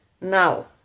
Now